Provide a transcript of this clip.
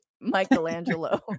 Michelangelo